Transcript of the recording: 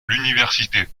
l’université